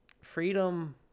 freedom